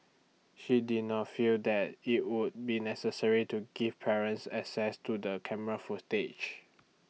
she did not feel that IT would be necessary to give parents access to the camera footage